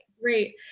great